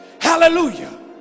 Hallelujah